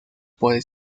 puede